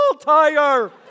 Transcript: tire